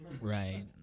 Right